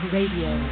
Radio